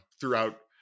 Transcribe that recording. throughout